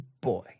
boy